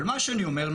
אבל מה שאני אומר,